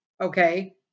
okay